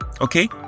okay